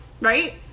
right